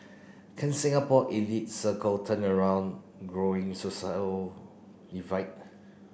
can Singapore elite circle turn around growing social divide